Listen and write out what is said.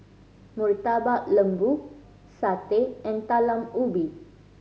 Murtabak Lembu satay and Talam Ubi